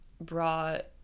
brought